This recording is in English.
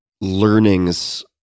learnings